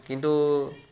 কিন্তু